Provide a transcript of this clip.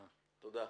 תודה.